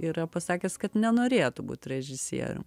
yra pasakęs kad nenorėtų būt režisierium